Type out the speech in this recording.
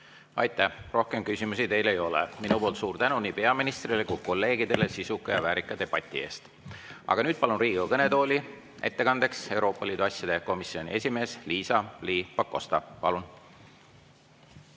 Aitäh! Rohkem küsimusi teile ei ole. Minu poolt suur tänu nii peaministrile kui ka kolleegidele sisuka ja väärika debati eest. Aga nüüd palun Riigikogu kõnetooli ettekandeks, Euroopa Liidu asjade komisjoni esimees Liisa-Ly Pakosta. Palun!